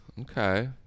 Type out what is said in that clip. Okay